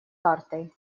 картой